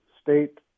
State